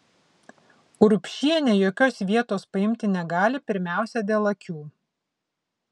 urbšienė jokios vietos paimti negali pirmiausia dėl akių